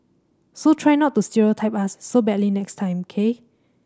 so try not to stereotype us so badly next time K